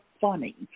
funny